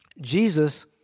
Jesus